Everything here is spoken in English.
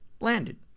landed